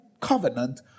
covenant